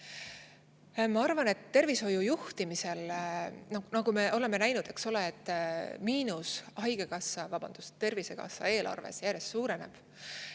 Ma arvan, et tervishoiu juhtimisel, nagu me oleme näinud, miinus haigekassa, vabandust, Tervisekassa eelarves järjest suureneb